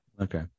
Okay